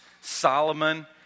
Solomon